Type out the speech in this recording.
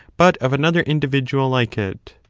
but of another individual like it.